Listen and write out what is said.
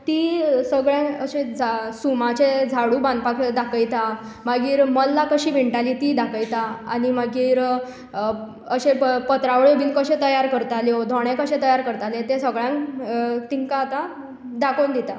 ती सगळें अशें सुमाचें झाडू बांदपाक दाखयता मागीर मल्लां कशीं विणटालीं तीं दाखयता आनी मागीर अशें पत्रावळ्यो बीन कशे तयार करताल्यो दोणे कशे तयार करताले ते सगळ्यांक तिंका आतां दाखोवन दिता